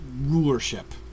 rulership